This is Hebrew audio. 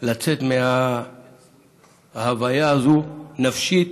לצאת מההוויה הזאת, נפשית.